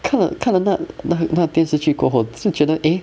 看了看了那那电视剧过后就会觉得 eh